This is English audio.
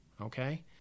Okay